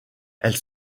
elle